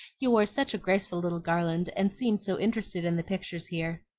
you wore such a graceful little garland, and seemed so interested in the pictures here.